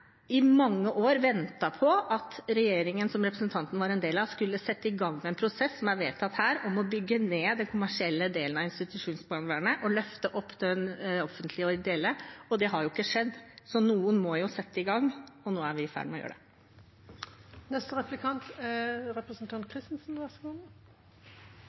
i mange år ventet på at regjeringen som representanten var en del av, skulle sette i gang en prosess, som er vedtatt her, med å bygge ned den kommersielle delen av institusjonsbarnevernet og løfte opp den offentlige og ideelle delen. Det har ikke skjedd, så noen må jo sette i gang, og nå er vi i ferd med å gjøre det.